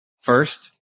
first